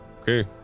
Okay